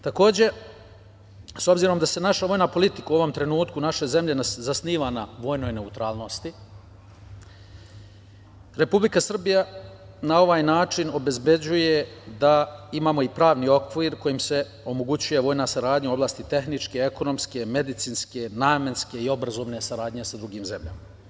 Takođe, s obzirom da se naša vojna politika, u ovom trenutku, naše zemlje zasniva na vojnoj neutralnosti, Republika Srbija na ovaj način obezbeđuje da imamo i pravni okvir kojim se omogućuje vojna saradnja u oblasti tehničke, ekonomske, medicinske, namenske i obrazovne saradnje sa drugim zemljama.